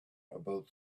about